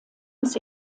des